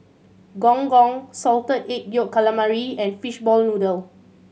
Gong Gong Salted Egg Yolk Calamari and fishball noodle